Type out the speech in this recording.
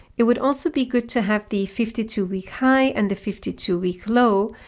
it would also be good to have the fifty two week high and the fifty two week low.